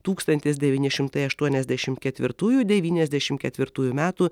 tūkstantis devyni šimtai aštuoniasdešimt ketvirtųjų devyniasdešimt ketvirtųjų metų